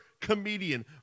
comedian